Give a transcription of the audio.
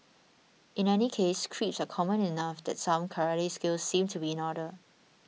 in any case creeps are common enough that some karate skills seem to be in order